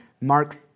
Mark